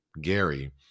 gary